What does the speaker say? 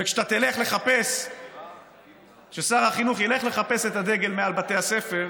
וכששר החינוך ילך לחפש את אותו דגל מעל בתי הספר,